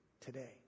Today